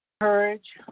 courage